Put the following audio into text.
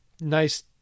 nice